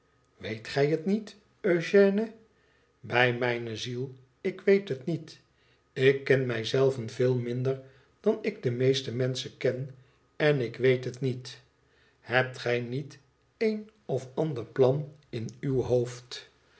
weet gij het niet eugène bij mijne ziel ik weet het niet ik ken mij zelven veel minder dan ik de meeste menschen ken en ik weet het niet hebt gij niet een of ander plan in uw hoofd